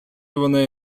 вони